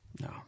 no